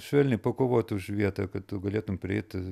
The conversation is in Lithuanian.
švelniai pakovot už vietą kad tu galėtum prieiti